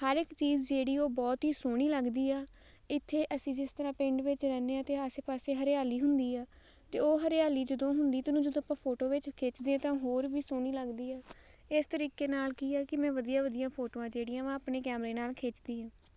ਹਰ ਇੱਕ ਚੀਜ਼ ਜਿਹੜੀ ਉਹ ਬਹੁਤ ਹੀ ਸੋਹਣੀ ਲੱਗਦੀ ਆ ਇੱਥੇ ਅਸੀਂ ਜਿਸ ਤਰ੍ਹਾਂ ਪਿੰਡ ਵਿੱਚ ਰਹਿੰਦੇ ਹਾਂ ਅਤੇ ਆਸੇ ਪਾਸੇ ਹਰਿਆਲੀ ਹੁੰਦੀ ਆ ਤਾਂ ਉਹ ਹਰਿਆਲੀ ਜਦੋਂ ਹੁੰਦੀ ਤਾਂ ਉਹਨੂੰ ਜਦੋਂ ਆਪਾਂ ਫੋਟੋ ਵਿੱਚ ਖਿੱਚਦੇ ਤਾਂ ਹੋਰ ਵੀ ਸੋਹਣੀ ਲੱਗਦੀ ਹੈ ਇਸ ਤਰੀਕੇ ਨਾਲ ਕੀ ਆ ਕਿ ਮੈਂ ਵਧੀਆ ਵਧੀਆ ਫੋਟੋਆਂ ਜਿਹੜੀਆਂ ਵਾ ਆਪਣੇ ਕੈਮਰੇ ਨਾਲ ਖਿੱਚਦੀ ਹਾਂ